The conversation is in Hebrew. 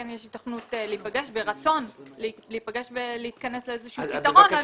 כן יש היתכנות להיפגש ורצון להיפגש ולהתכנס לאיזשהו פתרון.